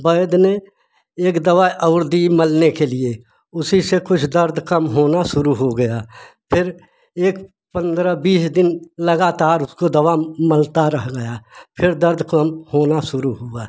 वैद्य ने एक दवा और दी मलने के लिए उसी से कुछ दर्द कम होना शुरू हो गया फिर एक पंद्रह बीस दिन लगातार उसको दवा मलता रह गया फिर दर्द कम होना शुरू हुआ